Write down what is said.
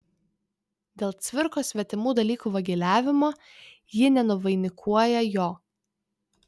dėl cvirkos svetimų dalykų vagiliavimo ji nenuvainikuoja jo